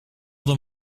them